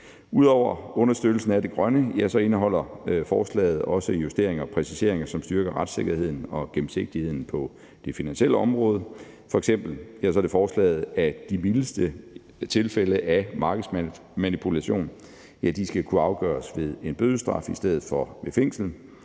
Ud over understøttelsen af det grønne indeholder forslaget justeringer og præciseringer, som styrker retssikkerheden og gennemsigtigheden på det finansielle område. F.eks. foreslås det, at de mildeste tilfælde af markedsmanipulation skal kunne føre til en bødestraf i stedet for fængsel.